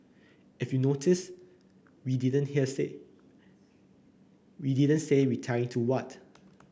if you notice we didn't hear say we didn't say 'retiring' to what